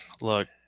look